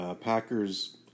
Packers